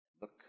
look